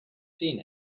seen